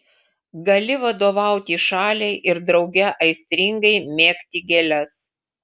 gali vadovauti šaliai ir drauge aistringai mėgti gėles